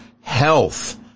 health